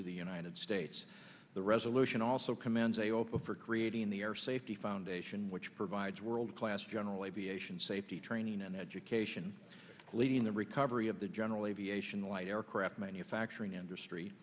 to the united states the resolution also commands aopa for creating the air safety foundation which provides world class general aviation safety training and education leading the recovery of the general aviation light aircraft manufacturing industry